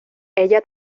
ella